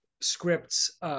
scripts